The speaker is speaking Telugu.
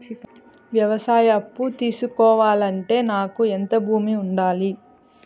వ్యవసాయ అప్పు తీసుకోవాలంటే నాకు ఎంత భూమి ఉండాలి?